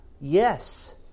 yes